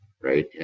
right